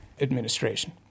administration